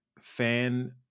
fan